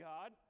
God